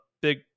big